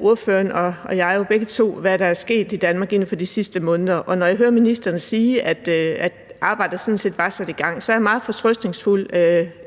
ordføreren og jeg jo begge to, hvad der er sket i Danmark inden for de sidste måneder, og når jeg hører ministeren sige, at arbejdet sådan set var sat i gang, så er jeg meget fortrøstningsfuld,